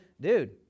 dude